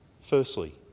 Firstly